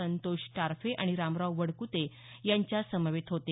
संतोष टारफे आणि रामराव वडक्ते त्यांच्या समवेत होते